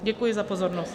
Děkuji za pozornost.